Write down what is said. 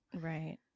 right